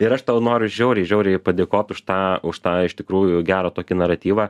ir aš tau noriu žiauriai žiauriai padėkot už tą už tą iš tikrųjų gerą tokį naratyvą